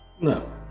No